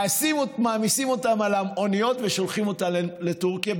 מעמיסים אותם על האוניות ושולחים אותם לטורקיה,